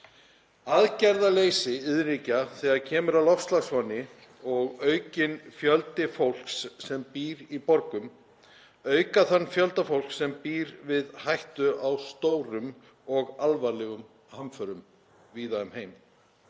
Aðgerðaleysi iðnríkja þegar kemur að loftslagsvánni og aukinn fjöldi fólks sem býr í borgum auka þann fjölda fólks sem býr við hættu á stórum og alvarlegum hamförum víða um heim.